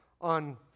on